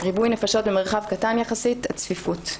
ריבוי נפשות במרחב קטן יחסית, הצפיפות.